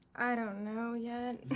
i don't know yet.